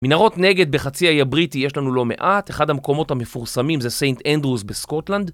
מנהרות נגד בחצי האי הבריטי יש לנו לא מעט, אחד המקומות המפורסמים זה סיינט אנדרוס בסקוטלנד.